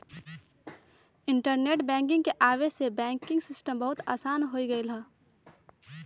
internet banking के आवे से बैंकिंग सिस्टम बहुत आसान हो गेलई ह